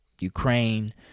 Ukraine